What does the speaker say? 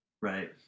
right